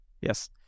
Yes